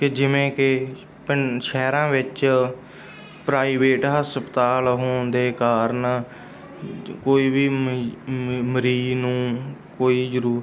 ਕਿ ਜਿਵੇਂ ਕਿ ਪਿੰ ਸ਼ਹਿਰਾਂ ਵਿੱਚ ਪ੍ਰਾਈਵੇਟ ਹਸਪਤਾਲ ਹੋਣ ਦੇ ਕਾਰਨ ਕੋਈ ਵੀ ਮਰੀਜ਼ ਨੂੰ ਕੋਈ ਜ਼ਰੂਰ